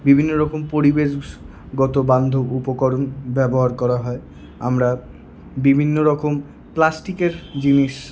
বিভিন্ন রকম পরিবেশগত বান্ধব উপকরণ ব্যবহার করা হয় আমরা বিভিন্ন রকম প্লাস্টিকের জিনিস